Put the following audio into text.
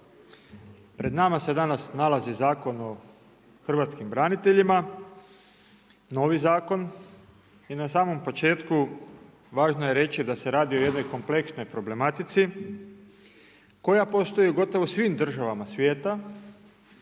Pred nama se danas nalazi Zakon o hrvatskim braniteljima, novi zakon i na samom početku važno je reći da se radi o jednoj kompleksnoj problematici koja postoji gotovo u svim državama svijeta